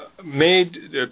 Made